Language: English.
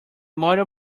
model